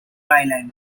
island